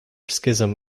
schism